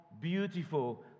beautiful